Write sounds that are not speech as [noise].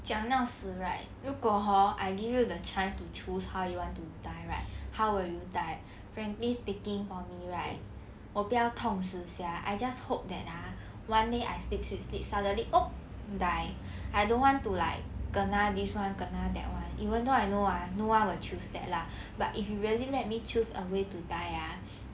讲到死 right 如果 hor I give you the chance to choose how you want to die right how will you die frankly speaking for me right 我不要痛死 sia I just hope that ah one day I sleep sleep sleep suddenly [noise] die I don't want to like kena this one kena that one even though I know ah no one will choose that lah but if you really let me choose a way to die ah